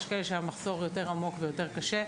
יש כאלה שהמחסור יותר עמוק ויותר קשה,